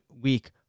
week